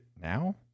now